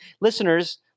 listeners